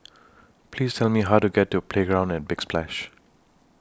Please Tell Me How to get to Playground At Big Splash